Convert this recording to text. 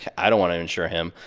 i don't want to insure him,